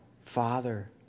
Father